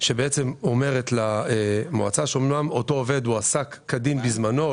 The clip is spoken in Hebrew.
שבעצם אומרת למועצה שאמנם אותו עובד הוא עסק כדין בזמנו,